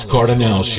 Cardinal